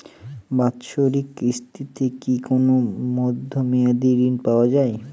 বাৎসরিক কিস্তিতে কি কোন মধ্যমেয়াদি ঋণ পাওয়া যায়?